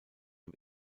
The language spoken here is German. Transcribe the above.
dem